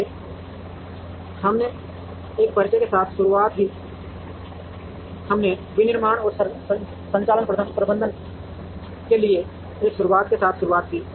इसलिए हमने एक परिचय के साथ शुरुआत की हमने विनिर्माण और संचालन प्रबंधन के लिए एक शुरूआत के साथ शुरुआत की